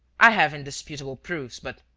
i have indisputable proofs. but.